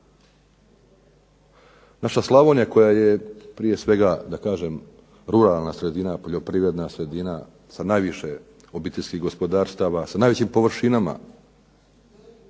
Naša Slavonija koja je prije svega da kažem ruralna poljoprivredna sredina sa najviše obiteljskih gospodarstava sa najvećim površinama,